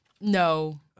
no